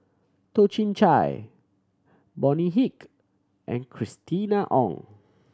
Toh Chin Chye Bonny Hick and Christina Ong